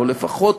או לפחות